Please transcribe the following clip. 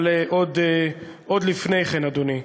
אבל עוד לפני כן, אדוני,